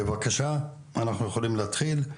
בבקשה, אנחנו יכולים להתחיל.